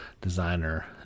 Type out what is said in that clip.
designer